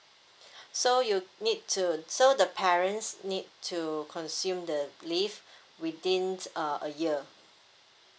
so you need to so the parents need to consume the leave within uh a year